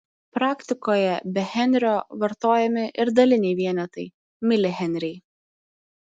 praktikoje be henrio vartojami ir daliniai vienetai milihenriai